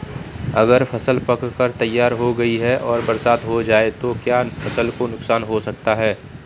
अगर फसल पक कर तैयार हो गई है और बरसात हो जाए तो क्या फसल को नुकसान हो सकता है?